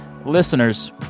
Listeners